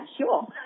sure